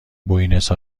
بوینس